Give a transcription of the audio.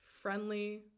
Friendly